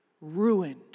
ruined